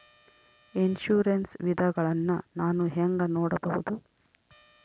Insurance ವಿಧಗಳನ್ನ ನಾನು ಹೆಂಗ ನೋಡಬಹುದು?